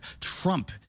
Trump